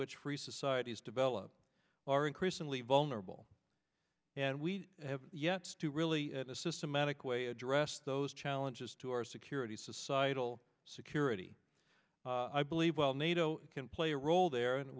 which free societies develop are increasingly vulnerable and we have yet to really a systematic way address those challenges to our security societal security i believe while nato can play a role there and